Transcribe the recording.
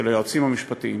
של היועצים המשפטיים